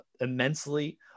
immensely